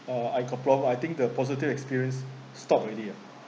uh I could prove I think the positive experience stop already ah